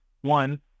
one